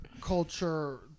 culture